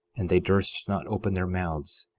and they durst not open their mouths,